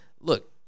Look